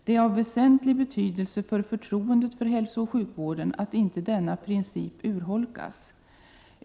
Det är av väsentlig betydelse för förtroendet för hälsooch sjukvården att inte denna princip urholkas.